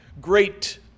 great